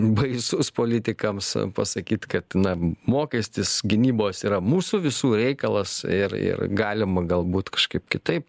baisus politikams pasakyti kad na mokestis gynybos yra mūsų visų reikalas ir ir galima galbūt kažkaip kitaip